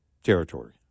territory